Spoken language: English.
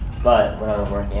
but when